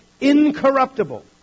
incorruptible